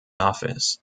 office